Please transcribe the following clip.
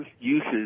uses